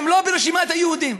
הם לא ברשימת היהודים.